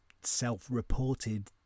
self-reported